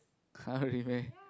[huh] really meh